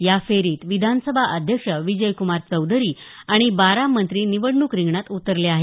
या फेरीत विधानसभा अध्यक्ष विजयक्रमार चौधरी आणि बारा मंत्री निवडणूक रिंगणात उतरलेले आहे